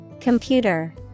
Computer